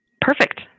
Perfect